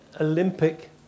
Olympic